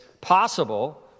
possible